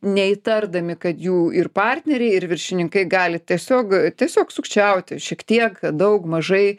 neįtardami kad jų ir partneriai ir viršininkai gali tiesiog tiesiog sukčiauti šiek tiek daug mažai